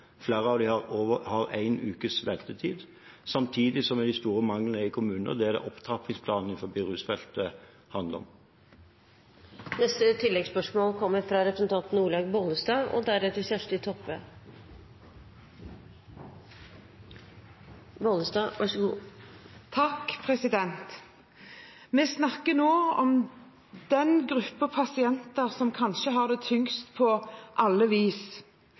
flere av dem har én ukes ventetid. Samtidig er det store mangler i kommunene. Det er det opptrappingsplanen for rusfeltet handler om. Olaug V. Bollestad – til oppfølgingsspørsmål. Vi snakker nå om den gruppen pasienter som kanskje har det tyngst på alle vis.